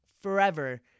forever